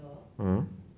mmhmm